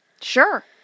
Sure